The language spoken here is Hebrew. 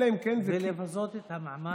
אלא אם כן, ולבזות את המעמד?